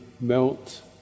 melt